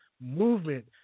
movement